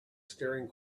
staring